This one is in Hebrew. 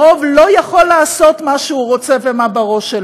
רוב לא יכול לעשות מה שהוא רוצה ומה-בראש-שלו,